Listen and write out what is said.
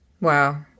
Wow